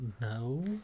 No